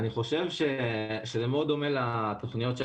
אני חושב שזה מאוד דומה לתוכניות של